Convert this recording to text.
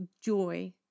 joy